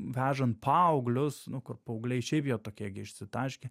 vežant paauglius nu kur paaugliai šiaip jie tokie išsitaškę